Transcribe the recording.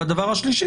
והשלישי,